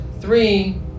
three